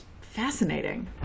fascinating